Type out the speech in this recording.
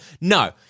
No